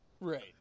Right